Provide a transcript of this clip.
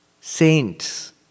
saints